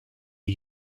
are